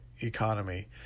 economy